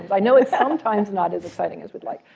i know it's sometimes not as exciting as we'd like.